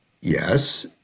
yes